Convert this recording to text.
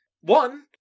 One